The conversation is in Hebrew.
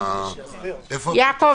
תודה רבה.